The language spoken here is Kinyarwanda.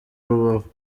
rubavu